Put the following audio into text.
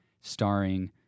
starring